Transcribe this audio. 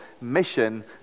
mission